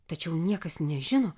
tačiau niekas nežino